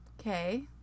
okay